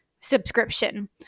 subscription